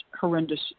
horrendous